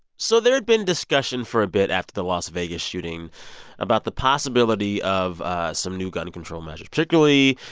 so there had been discussion for a bit after the las vegas shooting about the possibility of some new gun control measures, particularly,